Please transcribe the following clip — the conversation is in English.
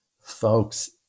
folks